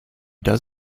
does